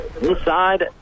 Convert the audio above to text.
inside